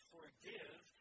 Forgive